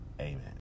Amen